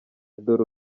dore